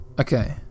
...okay